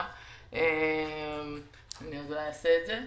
אני עוד אולי אעשה את זה.